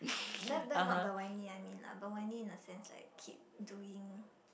that that's not the whiny I mean lah but whiny in the sense like keep doing